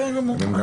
בסדר גמור.